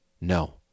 No